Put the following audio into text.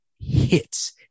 hits